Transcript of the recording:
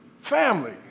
family